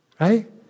right